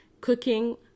cooking